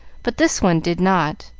but this one did not,